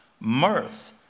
mirth